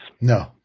No